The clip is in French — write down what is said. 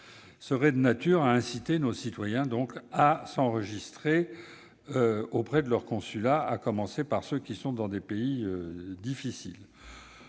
serait de nature à inciter nos ressortissants à s'enregistrer auprès de leur consulat, à commencer par ceux qui se trouvent dans des pays difficiles.